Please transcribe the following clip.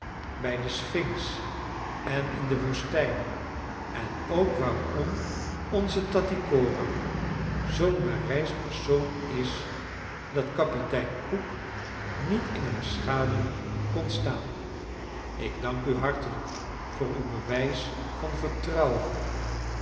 bij de sphinx en in de woestijn en ook waarom onze ta ttycoram zoo'n bereisd persoon is dat kapitein cook niet in haar schaduw kon staan ik dank u hartelijk voor uw bewijs van vertrouwen